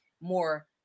more